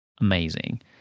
amazing